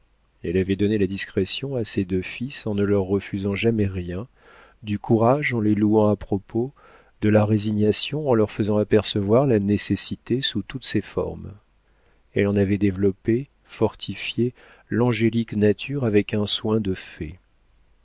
elle avait donné de la discrétion à ses deux fils en ne leur refusant jamais rien du courage en les louant à propos de la résignation en leur faisant apercevoir la nécessité sous toutes ses formes elle en avait développé fortifié l'angélique nature avec un soin de fée